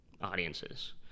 audiences